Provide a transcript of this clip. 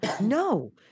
no